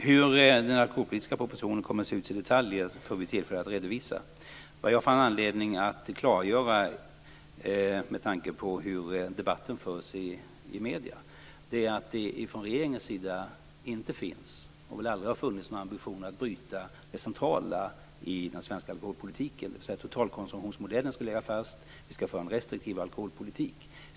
Herr talman! Hur den alkoholpolitiska propositionen kommer att se ut i detalj får vi tillfälle att redovisa. Vad jag fann anledning att klargöra, med tanke på hur debatten förs i medierna, var att det från regeringens sida inte finns och aldrig har funnits några ambitioner att bryta det centrala i den svenska alkoholpolitiken. Det betyder att totalkonsumtionsmodellen skall ligga fast och att vi skall föra en restriktiv alkoholpolitik.